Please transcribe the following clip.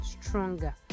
stronger